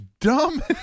dumb